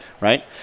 Right